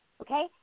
okay